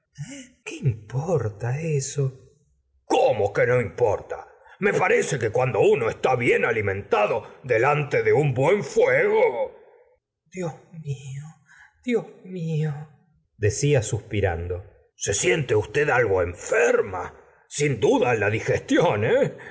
qué importa eso mo que no importa me parece que cuando uno está bien alimentado delante de un buen fuego dios mío dios mioldecia suspirando se siente usted algo enferma sin duda la